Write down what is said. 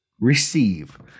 receive